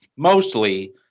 mostly